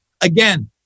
Again